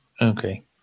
Okay